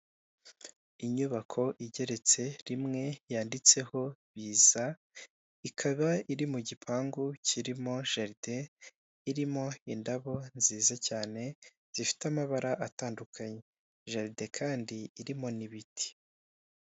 Inyubako igeretse rimwe yanditseho biza, ikaba iri mu gipangu kirimo jaride, irimo indabo nziza cyane zifite amabara atandukanye, jaride kandi irimo n'ibiti.